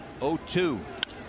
0-2